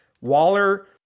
Waller